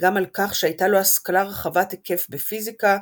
גם על כך שהייתה לו השכלה רחבת-היקף בפיזיקה,